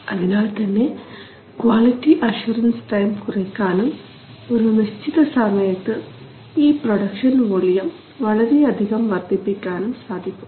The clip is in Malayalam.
അതിനാൽ തന്നെ ക്വാളിറ്റി അഷ്വറൻസ് ടൈം കുറയ്ക്കാനും ഒരു നിശ്ചിത സമയത്ത് ഇത് പ്രൊഡക്ഷൻ വോളിയം വളരെയധികം വർദ്ധിപ്പിക്കാനും സാധിക്കും